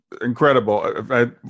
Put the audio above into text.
incredible